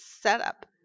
setup